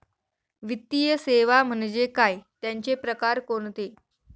वित्तीय सेवा म्हणजे काय? त्यांचे प्रकार कोणते?